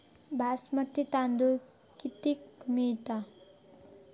बासमती तांदूळ कितीक मिळता?